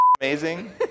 amazing